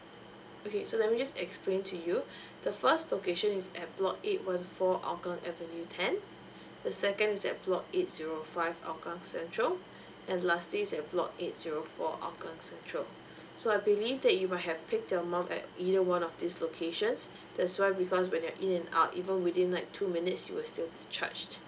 okay so let me just explain to you the first location is at block eight one four hougang avenue ten the second is at block eight zero five hougang central and lastly is at block eight zero four hougang central so I believe that you might have pick your mall at either one of these locations that's why because when you're in and out even within like two minutes you will still be charged